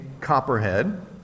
copperhead